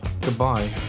goodbye